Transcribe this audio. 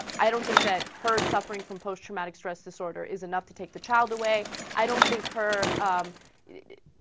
i don't think that her suffering from post-traumatic stress disorder is enough to take the child away i don't think her ah.